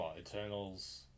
Eternals